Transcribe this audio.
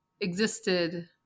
existed